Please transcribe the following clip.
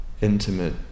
intimate